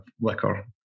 liquor